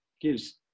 gives